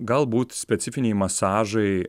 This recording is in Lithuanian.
galbūt specifiniai masažai